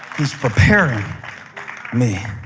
he's preparing me.